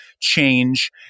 change